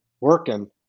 working